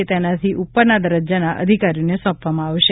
કે તેનાથી ઉપરના દરજ્જાના અધિકારીને સોંપવામાં આવશે